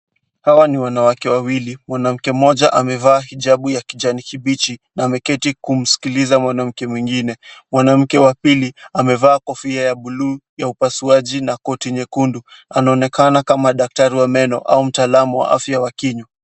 Hawa ni wanawake wawili, mwanamke mmoja amevaa hijabu ya kijani kibichi na ameketi kumsikiliza mwanamke mwingine. Mwanamke wa pili amevaa kofia ya buluu ya upasuaji na koti nyekundu anaonekana kama daktari wa meno au mtaalamu wa afya wa kinywa.